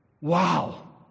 wow